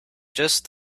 just